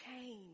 change